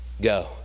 Go